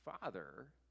father